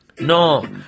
No